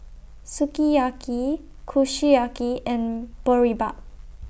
Sukiyaki Kushiyaki and Boribap